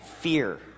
fear